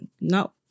no